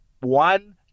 one